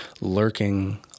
lurking